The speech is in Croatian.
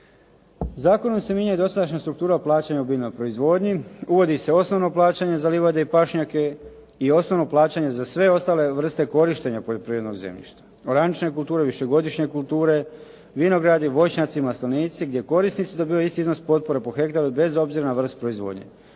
Zakonom se mijenja dosadašnja struktura plaćanja u biljnoj proizvodnji, uvodi se osnovno plaćanje za livade i pašnjake i osnovno plaćanje za sve ostale vrste korištenja poljoprivrednog zemljišta, oranične kulture, višegodišnje kulture, vinogradi, voćnjaci, maslinici gdje korisnici dobivaju isti iznos potpore po hektaru bez obzira na vrstu proizvodnje.